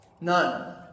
none